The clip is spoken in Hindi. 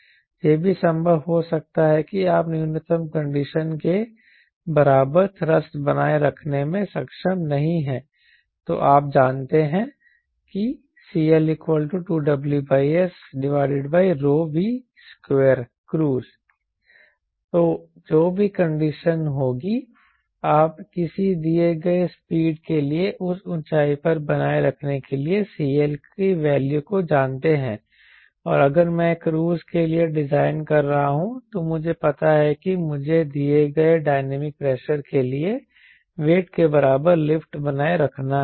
यह भी संभव हो सकता है कि आप न्यूनतम कंडीशन के बराबर थ्रस्ट बनाए रखने में सक्षम नहीं हैं तो आप जानते हैं कि CL2WSVcruisse2 तो जो भी कंडीशन होगी आप किसी दिए गए स्पीड के लिए उस ऊंचाई पर बनाए रखने के लिए CL के वैल्यू को जानते हैं और अगर मैं एक क्रूज के लिए डिजाइन कर रहा हूं तो मुझे पता है कि मुझे दिए गए डायनामिक प्रेशर के लिए वेट के बराबर लिफ्ट बनाए रखना है